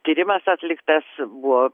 tyrimas atliktas buvo